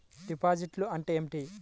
డిపాజిట్లు అంటే ఏమిటి?